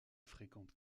fréquente